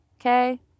Okay